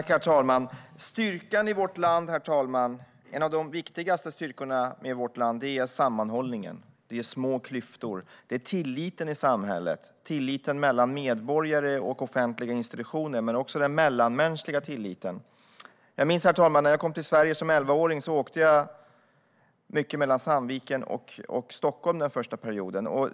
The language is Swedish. Herr talman! En av de viktigaste styrkorna i vårt land är sammanhållningen; det är små klyftor. Det är också viktigt med tilliten i samhället, tilliten mellan medborgare och offentliga institutioner men också den mellanmänskliga tilliten. Herr talman! Jag minns när jag kom till Sverige som elvaåring och åkte mycket mellan Sandviken och Stockholm den första perioden.